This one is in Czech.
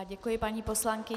Děkuji paní poslankyni.